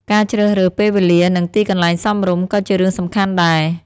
ការជ្រើសរើសពេលវេលា និងទីកន្លែងសមរម្យ ក៏ជារឿងសំខាន់ដែរ។